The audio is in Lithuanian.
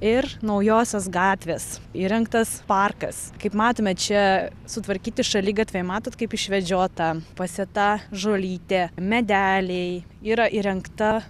ir naujosios gatvės įrengtas parkas kaip matome čia sutvarkyti šaligatviai matot kaip išvedžiota pasėta žolytė medeliai yra įrengta